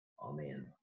Amen